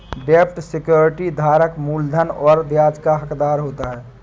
डेब्ट सिक्योरिटी धारक मूलधन और ब्याज का हक़दार होता है